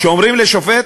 שבו אומרים לשופט: